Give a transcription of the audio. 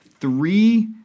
three